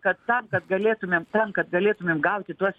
kad tam kad galėtumėm tam kad galėtumėm gauti tuos